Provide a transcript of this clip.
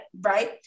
Right